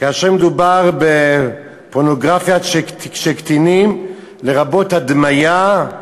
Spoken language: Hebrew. כאשר מדובר בפורנוגרפיה של קטינים, לרבות הדמיה,